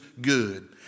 good